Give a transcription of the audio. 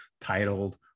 titled